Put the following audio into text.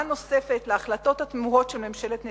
נוספת להחלטות התמוהות של ממשלת נתניהו.